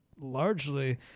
largely